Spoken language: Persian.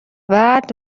بعد